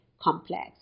complex